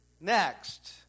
Next